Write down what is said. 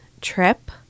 trip